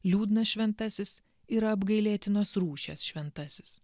liūdnas šventasis yra apgailėtinos rūšies šventasis